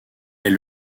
est